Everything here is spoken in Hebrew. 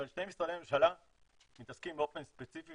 אבל שני משרדי ממשלה שמתעסקים באופן ספציפי